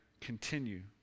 continue